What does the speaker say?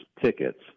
tickets